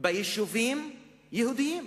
ביישובים יהודיים.